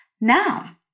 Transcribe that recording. now